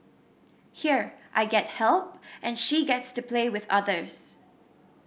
here I get help and she gets to play with others